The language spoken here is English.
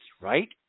right